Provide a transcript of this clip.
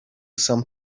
some